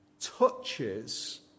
touches